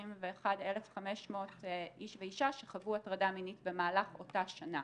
121,500 איש ואישה שחוו הטרדה מינית במהלך אותה שנה,